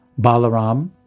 Balaram